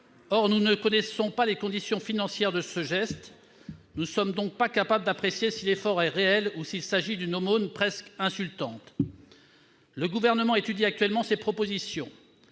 mais nous n'en connaissons pas les conditions financières et nous ne sommes donc pas capables d'apprécier si l'effort envisagé est réel ou s'il s'agit d'une aumône presque insultante. Le Gouvernement étudie actuellement ces propositions.